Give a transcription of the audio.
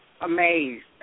amazed